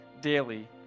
daily